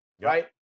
right